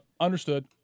Understood